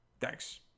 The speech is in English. Thanks